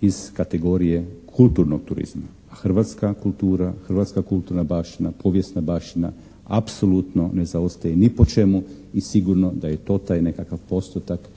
iz kategorije kulturnog turizma. A hrvatska kultura, hrvatska kulturna baština, povijesna baština apsolutno ne zaostaje ni po čemu i sigurno da je to taj nekakav postotak